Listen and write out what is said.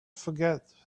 forget